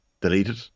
deleted